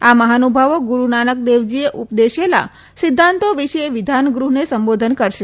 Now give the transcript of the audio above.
આ મહાનુભાવો ગુરૂનાનકદેવજીએ ઉપદેશેલા સિદ્ધાંતો વિશે વિધાનગૃહને સંબોધન કરશે